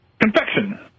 confection